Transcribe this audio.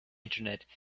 internet